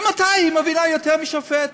ממתי היא מבינה יותר משופט?